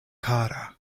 kara